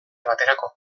baterako